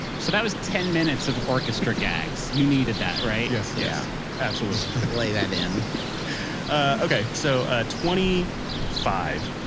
so, that was ten minutes of orchestra gags. you needed that, right? yes, yes yeah absolutely lay that in ah okay. so, ah twenty five.